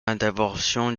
intervention